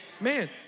Man